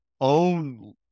own